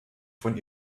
von